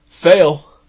Fail